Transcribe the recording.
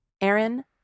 Aaron